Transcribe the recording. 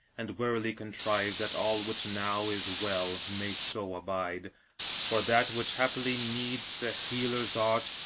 and warily contrive that all which now is well may so abide for that which haply needs the healer's art,